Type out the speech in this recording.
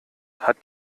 hat